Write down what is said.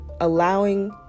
allowing